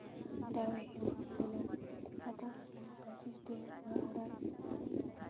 ᱫᱟᱣ ᱮ ᱮᱢᱟᱜ ᱵᱚᱱᱟᱭ ᱟᱵᱚ ᱯᱚᱸᱪᱤᱥ ᱛᱮ ᱚᱲᱟᱜ ᱚᱲᱟᱜ